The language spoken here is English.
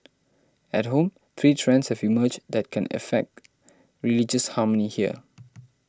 at home three trends have emerged that can affect religious harmony here